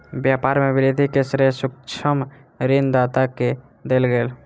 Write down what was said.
व्यापार में वृद्धि के श्रेय सूक्ष्म ऋण दाता के देल गेल